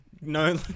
No